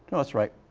so looks right.